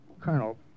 Colonel